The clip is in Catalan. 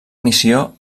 missió